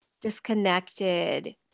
disconnected